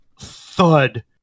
thud